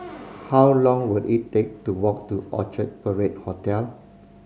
how long will it take to walk to Orchard Parade Hotel